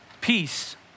peace